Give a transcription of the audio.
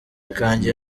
kanjye